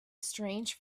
strange